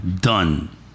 done